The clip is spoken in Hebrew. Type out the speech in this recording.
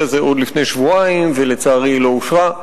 הזה עוד לפני שבועיים ולצערי היא לא אושרה,